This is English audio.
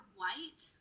white